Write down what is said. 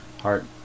Heart